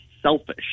selfish